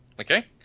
okay